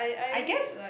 I guess